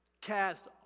Cast